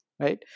right